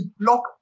block